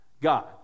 God